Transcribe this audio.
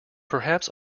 perhaps